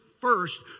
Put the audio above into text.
first